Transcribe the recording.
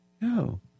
No